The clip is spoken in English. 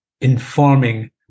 informing